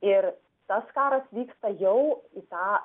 ir tas karas vyksta jau į tą